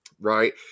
Right